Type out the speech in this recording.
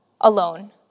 alone